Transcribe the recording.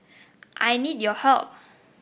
I need your help